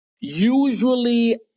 Usually